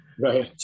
right